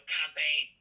campaign